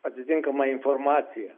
atitinkamą informaciją